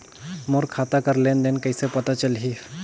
मोर खाता कर लेन देन कइसे पता चलही?